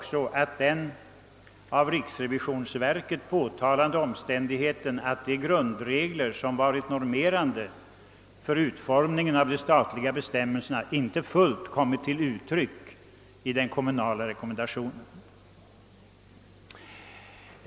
Vi anför också den av revisionsverket påtalade omständigheten att de grundregler som varit normerande för utformningen av de statliga bestämmelserna inte till fullo har kommit till uttryck i den kommunala rekommendationen.